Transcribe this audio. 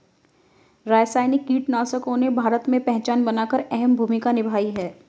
रासायनिक कीटनाशकों ने भारत में पहचान बनाकर अहम भूमिका निभाई है